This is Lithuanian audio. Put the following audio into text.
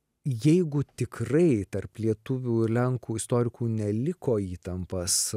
jeigu tikrai tarp lietuvių ir lenkų istorikų neliko įtampas